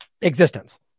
existence